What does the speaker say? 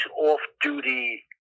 off-duty